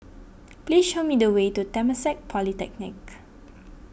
please show me the way to Temasek Polytechnic